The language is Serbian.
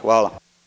Hvala.